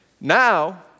Now